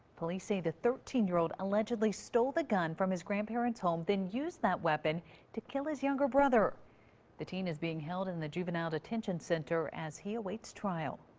police say the thirteen year old allegedly stole the gun from his grandparent's home, then used that weapon to kill his younger brother the teen is being held in the juvenile detention center as he awaits trial.